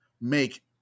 make